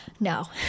No